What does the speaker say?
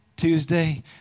Tuesday